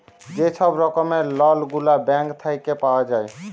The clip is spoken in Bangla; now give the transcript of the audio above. যে ছব রকমের লল গুলা ব্যাংক থ্যাইকে পাউয়া যায়